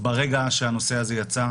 ברגע שהנושא הזה יצא.